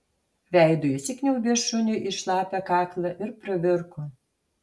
veidu įsikniaubė šuniui į šlapią kaklą ir pravirko